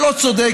זה לא צודק.